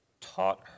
taught